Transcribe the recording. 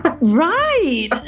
right